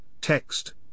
text